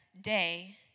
day